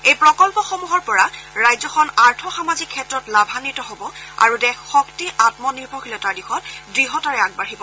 এই প্ৰকল্পসমূহৰ পৰা ৰাজ্যখন আৰ্থ সামাজিক ক্ষেত্ৰত লাভান্নিত হ'ব আৰু দেশ শক্তি আমনিৰ্ভৰশীলতাৰ দিশত দৃঢ়তাৰে আগবাঢ়িব